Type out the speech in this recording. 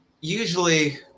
usually